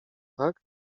tak